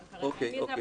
כרגע אין לי את זה,